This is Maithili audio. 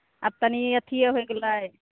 आब तनी ई अथिये होइ गेलै